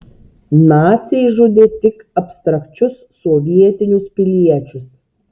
naciai žudė tik abstrakčius sovietinius piliečius